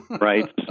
right